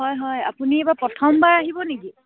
হয় হয় আপুনি এইবাৰ প্ৰথমবাৰ আহিব নেকি